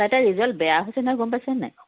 তাৰ ৰিজাল্ট বেয়া হৈছে নহয় গম পাইছে নাই